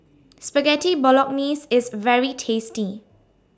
Spaghetti Bolognese IS very tasty